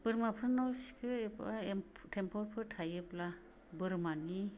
बोरमाफोरनाव सिखो एबा एम्फौ थेम्फौफोर थायोब्ला बोरमानि